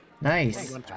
Nice